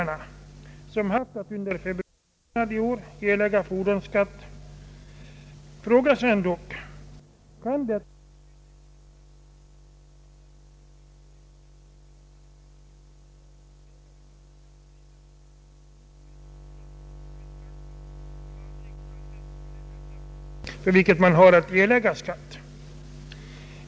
även med den reducering som skedde i höstas har man bland jordbrukarna upplevt det som en orättfärdighet att man skall betala skatt för en traktor, som aldrig använts till det ändamål för vilket man har att erlägga skatt.